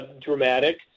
dramatic